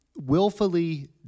willfully